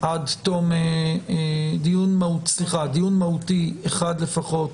דיון מהותי אחד לפחות